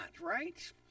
right